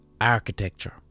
architecture